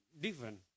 different